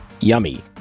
Yummy